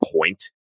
point